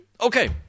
Okay